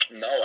No